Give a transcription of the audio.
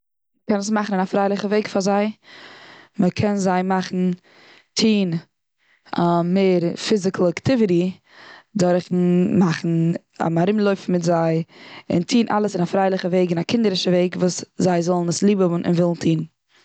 מ'קען עס מאכן און א פרייליכע וועג פאר זיי. מ'קען זיי מאכן טון מער פיזיקעל אקטיוויטי דורכן מאכן, ארום לויפן מיט זיי. און טון אלעס און א פרייליכע וועג, און א קינדערישע וועג, וואס זאל זיי זאלן עס ליב האבן און ווילן טון.